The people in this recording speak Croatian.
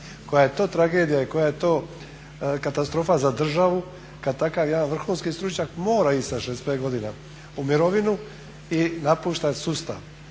Koja je to tragedija i koja je to katastrofa za državu kad takav jedan vrhunski stručnjak mora ić sa 65 godina u mirovinu i napušta sustav.